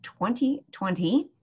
2020